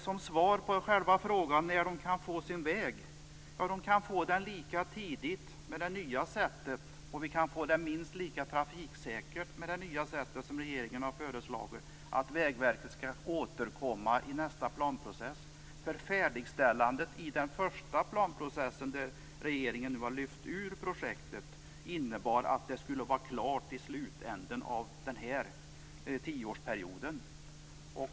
Som svar på frågan när dessa människor får sin väg kan jag säga att de kan få den lika tidigt och den kan bli minst lika trafiksäker med det nya sättet som regeringen har föreslagit, nämligen att Vägverket skall återkomma i nästa planprocess. Färdigställandet i den första planprocessen, där regeringen nu har lyft ur projektet, innebar att det skulle vara klart i slutet av denna tioårsperiod.